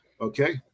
Okay